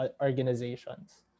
organizations